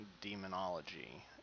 demonology